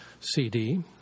CD